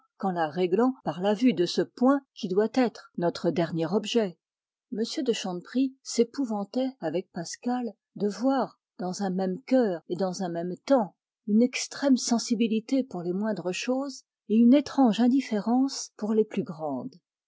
qu'en la réglant par la vue de ce point qui doit être notre dernier objet m de chanteprie s'épouvantait avec pascal de voir dans un même cœur et dans un même temps une extrême sensibilité pour les moindres choses et une étrange indifférence pour les plus grandes